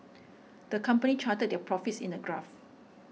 the company charted their profits in a graph